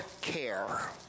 care